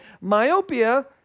Myopia